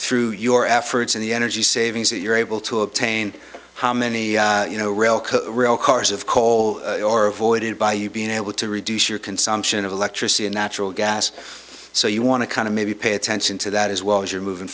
through your efforts and the energy savings that you're able to obtain how many you know rail rail cars of coal or avoided by you being able to reduce your consumption of electricity and natural gas so you want to kind of maybe pay attention to that as well as you're moving